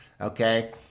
okay